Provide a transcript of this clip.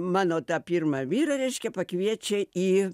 mano tą pirmą vyrą reiškia pakviečia į